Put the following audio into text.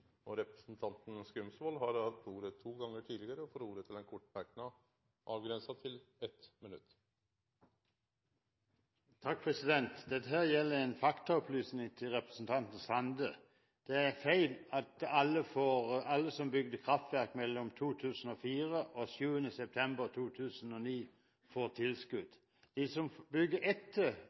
til representanten Sande. Det er feil at alle som bygde kraftverk mellom 2004 og 7. september 2009, får tilskudd. De som bygger